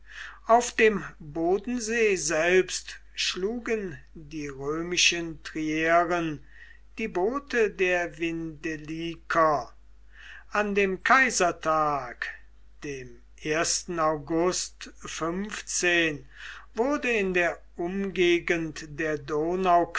auf dem bodensee selbst schlugen die römischen trieren die boote der vindeliker an dem kaisertag dem august wurde in der umgegend der